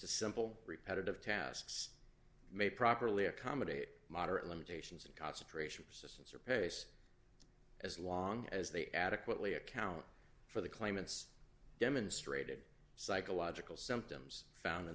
to simple repetitive tasks may properly accommodate moderate limitations and concentration persistence or pace as long as they adequately account for the claimants demonstrated psychological symptoms found